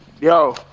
Yo